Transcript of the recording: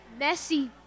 Messi